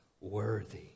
worthy